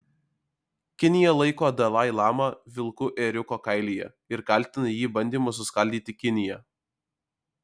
kinija laiko dalai lamą vilku ėriuko kailyje ir kaltina jį bandymu suskaldyti kiniją